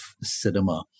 cinema